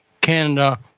Canada